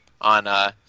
on –